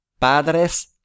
padres